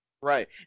right